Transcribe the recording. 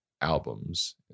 albums